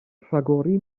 rhagori